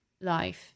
life